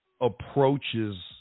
approaches